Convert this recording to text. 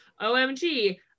OMG